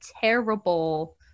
terrible